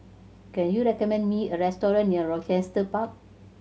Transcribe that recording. can you recommend me a restaurant near Rochester Park